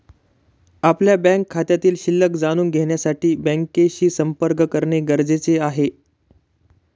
आपल्या बँक खात्यातील शिल्लक जाणून घेण्यासाठी बँकेशी संपर्क करणे गरजेचे आहे